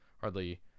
hardly